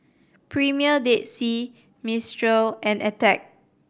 Premier Dead Sea Mistral and Attack